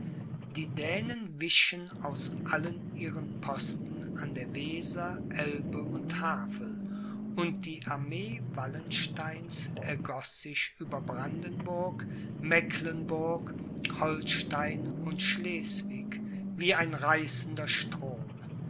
die dänen wichen aus allen ihren posten an der weser elbe und havel und die armee wallensteins ergoß sich über brandenburg mecklenburg holstein und schleswig wie ein reißender strom